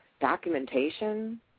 documentation